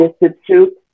Institute